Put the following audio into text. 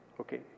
Okay